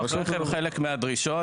בביטוח רכב חלק מהדרישות